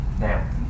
now